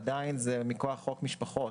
עדיין הוא מכוח חוק משפחות.